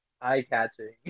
eye-catching